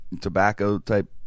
tobacco-type